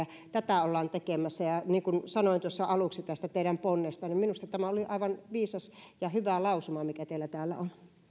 tätä ollaan tekemässä niin kuin sanoin tuossa aluksi tästä teidän ponnestanne niin minusta tämä oli aivan viisas ja hyvä lausuma mikä teillä täällä on